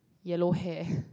yellow hair